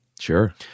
Sure